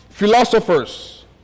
Philosophers